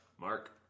Mark